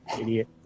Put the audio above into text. Idiot